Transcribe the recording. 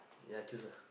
ya choose ah